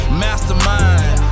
mastermind